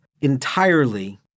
entirely